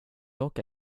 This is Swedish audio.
åka